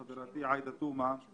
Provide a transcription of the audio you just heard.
חברתי עאידה תומא,